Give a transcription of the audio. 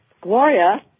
Gloria